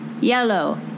Yellow